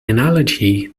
analogy